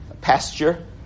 pasture